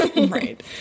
right